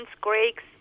Greeks